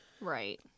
Right